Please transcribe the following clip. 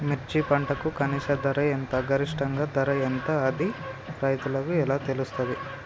మిర్చి పంటకు కనీస ధర ఎంత గరిష్టంగా ధర ఎంత అది రైతులకు ఎలా తెలుస్తది?